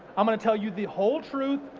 i'm gonna tell you the whole truth.